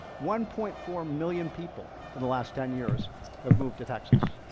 one point four million people in the last ten years have moved to texas.